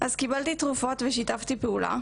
אז קיבלתי תרופות ושיתפתי פעולה,